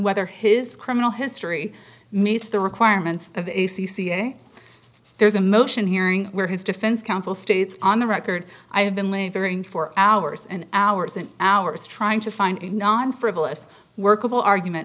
whether his criminal history meets the requirements of a c c a there's a motion hearing where his defense counsel stayed on the record i have been laboring for hours and hours and hours trying to find a non frivolous workable argument